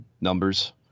numbers